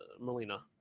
Melina